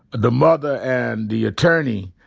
the mother and the attorney,